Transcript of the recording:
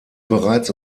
bereits